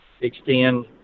extend